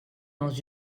dans